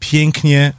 Pięknie